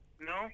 No